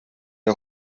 wir